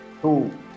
two